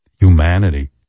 humanity